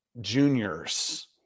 juniors